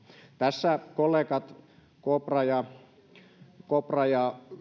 tässä kollegat kopra ja